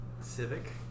Civic